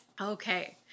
okay